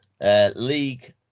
League